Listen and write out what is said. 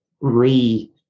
re